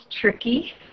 tricky